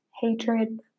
hatred